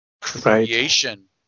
creation